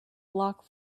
block